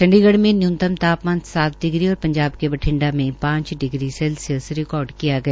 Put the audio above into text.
चंडीगढ़ में न्यूनतम तापमान सात डिग्री और पंजाब में बठिंडा में पांच डिग्री सेल्सियस रिकार्ड दर्ज किया गया